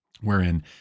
wherein